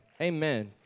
Amen